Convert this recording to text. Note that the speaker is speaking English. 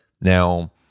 Now